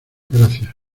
gracias